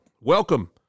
welcome